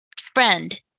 friend